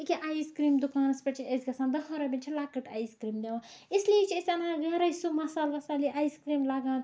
أکیاہ ice cream دُکانَس پٮ۪ٹھ چھِ أسۍ گژھان دہَن رۄپین چھِ لۄکٕٹۍ اَیِس کریٖم دِوان اس لیے چھِ أسۍ اَنان گرے سُہ مَسالہٕ وَسالہٕ یہِ اَیِس کریٖم لَگان چھِ